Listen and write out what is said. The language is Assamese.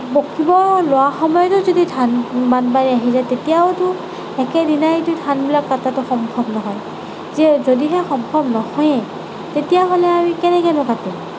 পকিব লোৱাৰ সময়তো যদি ধান বানপানী আহি যায় তেতিয়াওতো একেদিনাইতো ধানবিলাক কটাটো যিহে যদিহে সম্ভৱ নহয়ে তেতিয়াহ'লে আমি কেনেকৈনো কাটিম